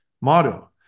motto